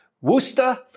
Worcester